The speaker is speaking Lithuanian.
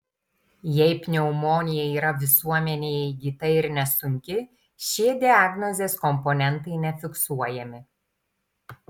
jei pneumonija yra visuomenėje įgyta ir nesunki šie diagnozės komponentai nefiksuojami